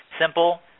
simple